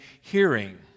hearing